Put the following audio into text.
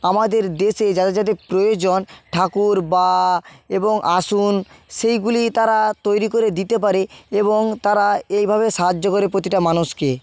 আমাদের দেশে যাদের যাদের প্রয়োজন ঠাকুর বা এবং আসুন সেইগুলিই তারা তৈরি করে দিতে পারে এবং তারা এইভাবে সাহায্য করে প্রতিটা মানুষকে